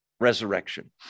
resurrection